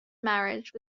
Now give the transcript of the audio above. marriage